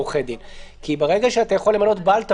מכיוון --- רציתי תשובה שלהם -- אז גם על זה אני רוצה תשובה.